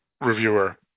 reviewer